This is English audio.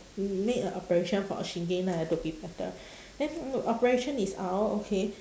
make a operation for shingen lah to be better then operation is out okay